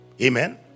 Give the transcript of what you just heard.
Amen